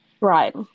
Right